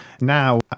now